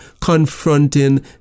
confronting